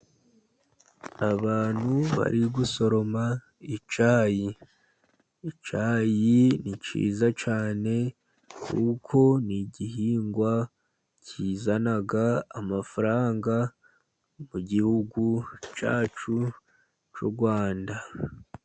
Abantu bari gusoroma icyayi. Icyayi ni cyiza cyane, kuko ni igihingwa kizana amafaranga, mu gihugu cyacu cy'u Rwanda.